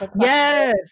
Yes